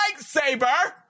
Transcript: lightsaber